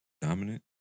Dominant